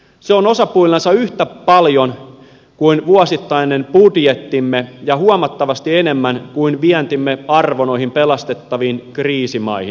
se on osapuillensa yhtä paljon kuin vuosittainen budjettimme ja huomattavasti enemmän kuin vientimme arvo noihin pelastettaviin kriisimaihin